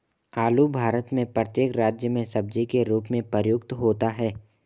आलू भारत में प्रत्येक राज्य में सब्जी के रूप में प्रयुक्त होता है